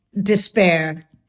despair